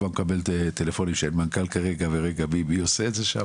אני כבר מקבל טלפונים שאין מנכ"ל כרגע ו"מי עושה את זה שם?",